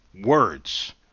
words